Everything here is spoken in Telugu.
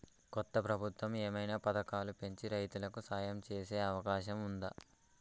కొత్త ప్రభుత్వం ఏమైనా పథకాలు పెంచి రైతులకు సాయం చేసే అవకాశం ఉందా?